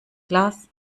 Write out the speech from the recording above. glas